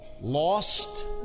lost